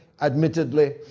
admittedly